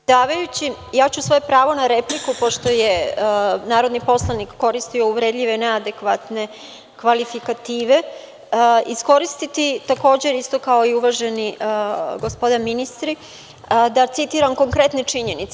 Poštovani predsedavajući, ja ću svoje pravo na repliku, pošto je narodni poslanik koristio uvredljive i neadekvatne kvalifikative, iskoristiti takođe isto kao i uvaženi gospoda ministri, da citiram konkretne činjenice.